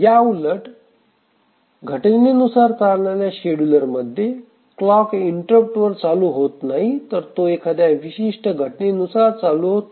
याउलट घटनेनुसार चालणाऱ्या शेड्युलरमध्ये क्लॉक इंटरप्ट वर चालू होत नाही तर तो एखाद्या विशिष्ट घटनेनुसार चालू होतो